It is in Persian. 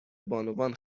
بانوان